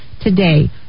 today